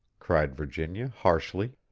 cried virginia, harshly.